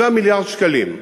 7 מיליארד שקלים.